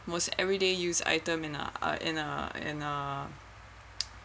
most everyday use item in a uh in a in a